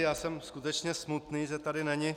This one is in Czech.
Já jsem skutečně smutný, že tady není...